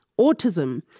autism